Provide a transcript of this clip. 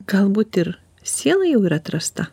galbūt ir siela jau yra atrasta